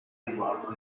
riguardo